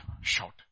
shout